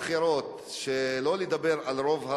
אחרון הדוברים.